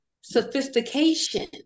sophistication